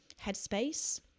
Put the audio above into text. headspace